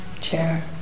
chair